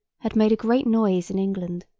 had made a great noise in england.